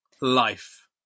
life